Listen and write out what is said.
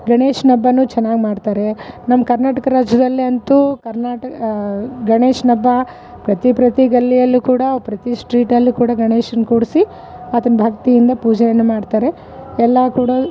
ಗಣೇಶನ ಹಬ್ಬ ಚೆನ್ನಾಗ್ ಮಾಡ್ತಾರೆ ನಮ್ಮ ಕರ್ನಾಟಕ ರಾಜ್ಯದಲ್ಲಿ ಅಂತೂ ಕರ್ನಾಟ ಗಣೇಶನ ಹಬ್ಬ ಪ್ರತಿ ಪ್ರತಿ ಗಲ್ಲಿಯಲ್ಲು ಕೂಡ ಪ್ರತಿ ಸ್ಟ್ರೀಟಲ್ಲು ಕೂಡ ಗಣೇಶನ ಕೂಡಿಸಿ ಅದನ್ನು ಭಕ್ತಿಯಿಂದ ಪೂಜೆಯನ್ನು ಮಾಡ್ತಾರೆ ಎಲ್ಲ ಕೂಡ